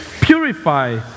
purify